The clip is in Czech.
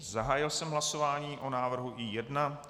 Zahájil jsem hlasování o návrhu I1.